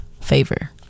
favor